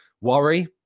worry